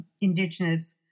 indigenous